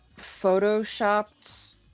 photoshopped